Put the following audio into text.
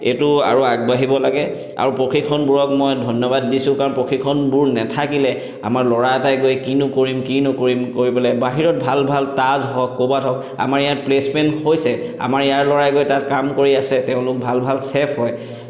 এইটো আৰু আগবাঢ়িব লাগে আৰু প্ৰশিক্ষণবোৰক মই ধন্যবাদ দিছোঁ কাৰণ প্ৰশিক্ষণবোৰ নেথাকিলে আমাৰ ল'ৰা এটাই গৈ কিনো কৰিম কিনো কৰিম কৰি পেলাই বাহিৰত বহুত ভাল ভাল তাজ হওক ক'ৰবাত হওক আমাৰ ইয়াত প্লেচমেণ্ট হৈছে আমাৰ ইয়াৰ ল'ৰাই গৈ তাত কাম কৰি আছে তেওঁলোক ভাল ভাল চেফ হয়